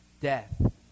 death